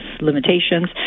limitations